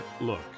Look